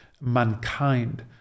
mankind